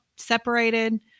separated